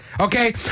okay